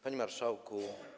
Panie Marszałku!